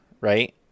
Right